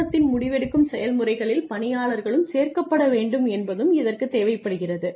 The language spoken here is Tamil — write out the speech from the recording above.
நிறுவனத்தின் முடிவெடுக்கும் செயல்முறைகளில் பணியாளர்களும் சேர்க்கப்பட வேண்டும் என்பதும் இதற்குத் தேவைப்படுகிறது